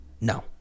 no